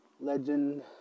legend